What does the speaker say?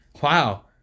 Wow